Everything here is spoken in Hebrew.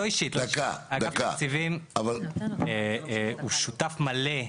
אגף תקציבים הוא שותף מלא.